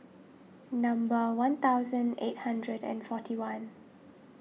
number one thousand eight hundred and forty one